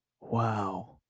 Wow